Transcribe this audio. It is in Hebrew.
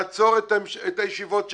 לעצור את הישיבות שלה,